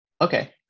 okay